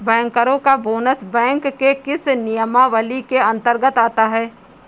बैंकरों का bonus bank के किस नियमावली के अंतर्गत आता है?